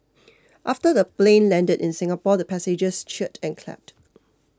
after the plane landed in Singapore the passengers cheered and clapped